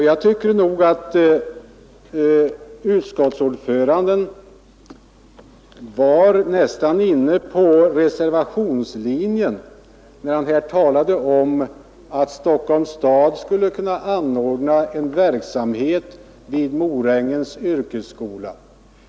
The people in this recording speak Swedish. Jag tycker nog att utskottets ordförande nästan var inne på reservationslinjen, när han här talade om att Stockholms stad skulle kunna anordna en verksamhet vid Morängens yrkesskola.